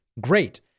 Great